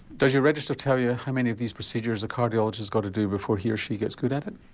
does your register tell you how many of these procedures a cardiologist has got to do before he or she gets good at it?